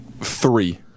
Three